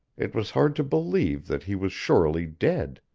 it was hard to believe that he was surely dead.